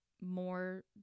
more